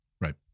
Right